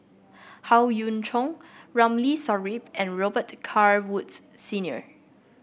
Howe Yoon Chong Ramli Sarip and Robet Carr Woods Senior